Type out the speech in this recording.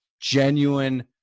genuine